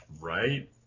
Right